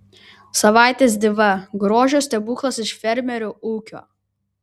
savaitės diva grožio stebuklas iš fermerių ūkio